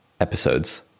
episodes